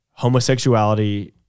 homosexuality